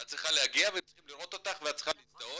את צריכה להגיע והם צריכים לראות אותך ואת צריכה להזדהות,